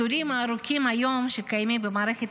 התורים הארוכים היום שקיימים במערכת